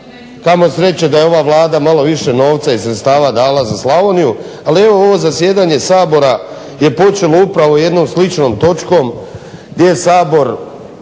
kamo sreće da je ova Vlada malo više novca i sredstava dala za Slavoniju, ali evo ovo zasjedanje Sabora je počelo upravo jednom sličnom točkom gdje je Sabor